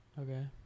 Okay